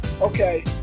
Okay